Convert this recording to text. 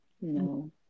No